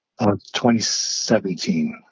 2017